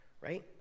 right